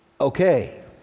Okay